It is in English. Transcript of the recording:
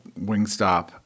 Wingstop